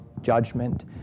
judgment